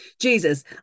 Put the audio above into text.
Jesus